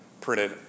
printed